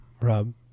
Rob